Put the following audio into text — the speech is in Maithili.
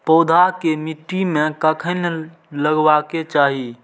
पौधा के मिट्टी में कखेन लगबाके चाहि?